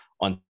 on